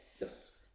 Yes